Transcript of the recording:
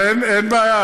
אבל אין בעיה,